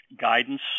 guidance